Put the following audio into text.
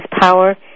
power